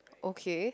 okay